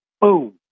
Boom